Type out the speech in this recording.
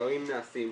הדברים נעשים.